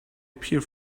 appear